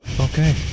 Okay